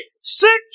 six